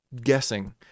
guessing